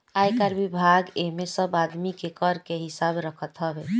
आयकर विभाग एमे सब आदमी के कर के हिसाब रखत हवे